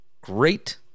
great